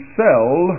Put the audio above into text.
sell